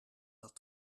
dat